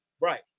Right